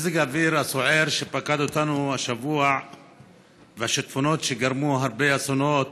מזג האוויר הסוער שפקד אותנו השבוע והשיטפונות גרמו להרבה אסונות,